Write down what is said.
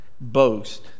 boast